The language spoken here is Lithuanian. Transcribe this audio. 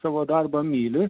savo darbą myli